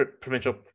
provincial